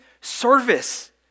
service